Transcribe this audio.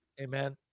Amen